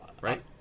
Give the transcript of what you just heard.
right